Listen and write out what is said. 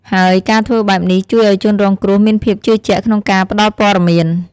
ហើយការធ្វើបែបនេះ ជួយឲ្យជនរងគ្រោះមានភាពជឿជាក់ក្នុងការផ្ដល់ព័ត៌មាន។